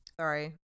sorry